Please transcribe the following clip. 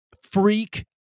freak